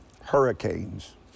hurricanes